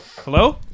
Hello